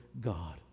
God